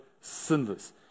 sinless